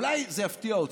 אולי זה יפתיע אותך,